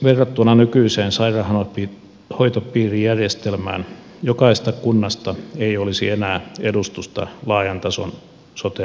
verrattuna nykyiseen sairaanhoitopiirijärjestelmään jokaisesta kunnasta ei olisi enää edustusta laajan tason sote alueilla